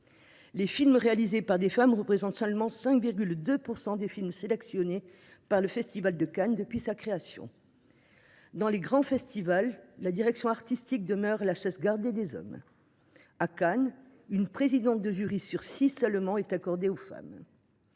les films réalisés par des femmes représentent seulement 5,2 % des films sélectionnés par le festival de Cannes depuis sa création. Dans les grands festivals, la direction artistique demeure la chasse gardée des hommes : à Cannes, une présidence de jury sur six, seulement, est accordée aux femmes.